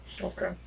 Okay